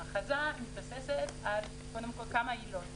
ההכרזה מתבססת על כמה עילות.